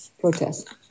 protest